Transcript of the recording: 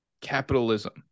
capitalism